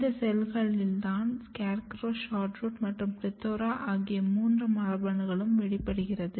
இந்த செல்களில் தான் SCARE CROW SHORT ROOT மற்றும் PLETHORA ஆகிய மூன்று மரபணுக்களும் வெளிப்படுகிறது